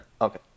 Okay